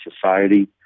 society